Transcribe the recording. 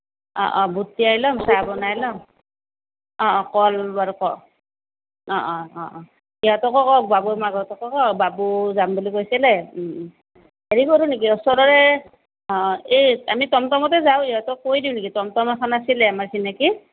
অঁ অঁ বুট তিয়াই ল'ম চাহ বনাই ল'ম অঁ অঁ কল ল'লো আৰু অঁ অঁ অঁ অঁ সিহঁতকো কওক বাবুৰ মাককো কওক বাবু যাম বুলি কৈছিলে হেৰি কৰোঁ নেকি ওচৰৰে অঁ এই আমি টমটমতে যাওঁ সিহঁতক কৈ দিওঁ নেকি টমটম এখন আছিলে আমাৰ চিনাকি